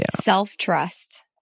self-trust